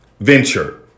venture